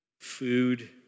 food